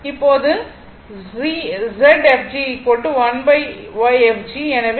இப்போது Zfg1Yfg எனவே இது 4